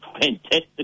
fantastic